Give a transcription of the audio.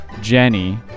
Jenny